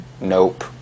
Nope